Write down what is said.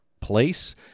place